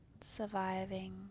surviving